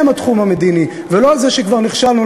התחום המדיני ולא על זה שכבר נכשלנו,